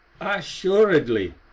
Assuredly